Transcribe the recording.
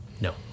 No